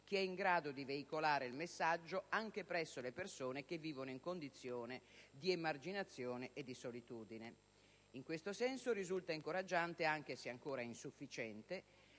che è in grado di veicolare il messaggio anche presso le persone che vivono in condizione di emarginazione e solitudine. In questo senso risulta incoraggiante, anche se ancora insufficiente,